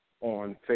on